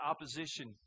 opposition